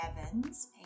Evans